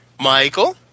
Michael